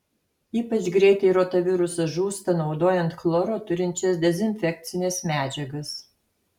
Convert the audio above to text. ypač greitai rotavirusas žūsta naudojant chloro turinčias dezinfekcines medžiagas